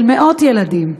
של מאות ילדים,